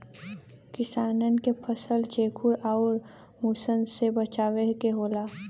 किसानन के फसल चेखुर आउर मुसन से बचावे के होला